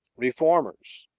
reformers,